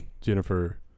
Jennifer